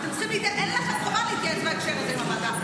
אין לכם חובה להתייעץ בהקשר הזה עם הוועדה.